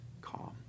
calm